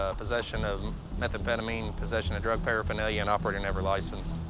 ah possession of methamphetamine, possession of drug paraphernalia, and operating never licensed.